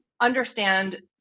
understand